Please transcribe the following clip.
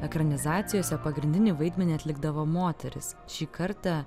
ekranizacijose pagrindinį vaidmenį atlikdavo moteris šį kartą